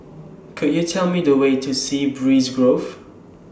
Could YOU Tell Me The Way to Sea Breeze Grove